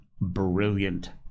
Brilliant